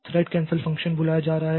thread cancel function बुलाया जा रहा है